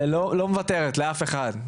ולא מוותרת לאף אחד.